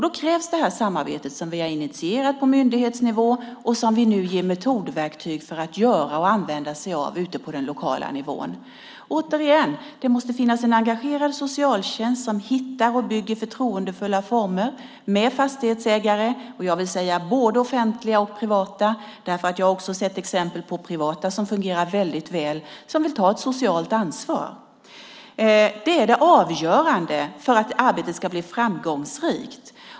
Då krävs det samarbete som vi har initierat på myndighetsnivå och som vi nu ger metodverktyg för att använda sig av ute på den lokala nivån. Jag vill återigen framhålla att det måste finnas en engagerad socialtjänst som hittar och bygger förtroendefulla former med fastighetsägare. Jag vill säga att det gäller både offentliga och privata, därför att jag också har sett exempel på privata som fungerar väldigt väl och som vill ta ett socialt ansvar. Det är det avgörande för att arbetet ska bli framgångsrikt.